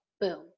Boom